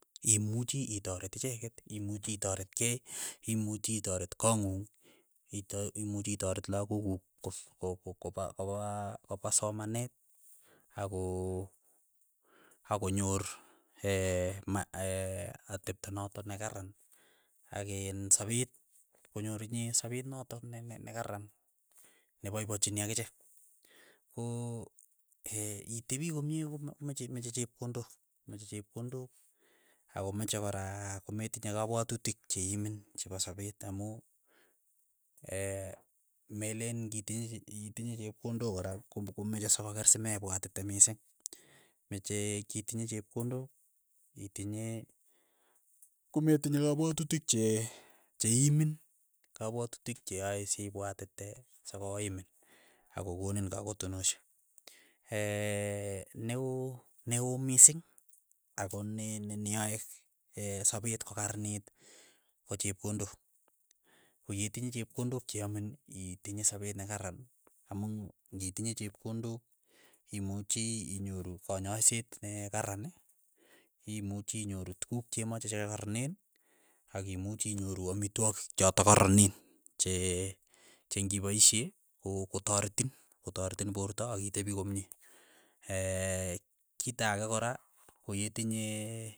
Imuchi itoret icheket, imuchi itaret kei, imuchi itaret kong'ung, ita imuchi itaret lakok kuk ko- ko- kopa kop- a kopa somanet ako- akonyoor ma atepto notok nekaran ak in sapet konyor inye sapeet notok ne- ne nekaraan, nepiapachini akichek, ko itepi komie ko me- meche chepkondok meche chepkondok akomeche kora kometinye kapwatutik che iimin chepo sapet amu melen ng'itinye itinye chepkondok kora kom- komeche sokoker simepwatite mising, mechei itinye chepkondok itinye kometinye kapwatutik che che iimin, kapwatutik che ae sipwatite sokoimin, akokonin kakotonoshek. neu ne oo mising ako ne ne niae sapet kokaranit ko chepkondok, ko yetinye chepkondok che yamin, ii tinye sapet nekararan, amu ng'i tinye chepkondok imuchi inyoru kanyaishet nekaran, imuchi inyoru tukuk che mache chekakararanen, akimuchi inyoru amitwogik chotok karanen, che cheng'ipaishe ko kotaretin kotaretin porto akitepi komie, kita ake kora ko yetinye.